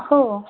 हो